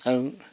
কাৰণ